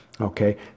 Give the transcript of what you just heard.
okay